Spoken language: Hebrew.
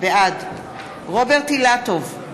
בעד רוברט אילטוב,